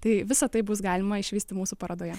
tai visa tai bus galima išvysti mūsų parodoje